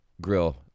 grill